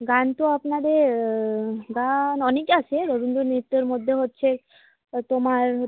গান তো আপনাদের গান অনেক আছে রবীন্দ্র নৃত্যের মধ্যে হচ্ছে তোমার হচ্ছে